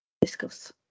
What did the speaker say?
Discuss